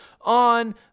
on